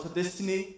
destiny